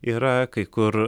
yra kai kur